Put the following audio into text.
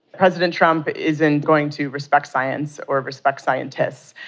president trump isn't going to respect science or respect scientists.